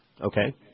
Okay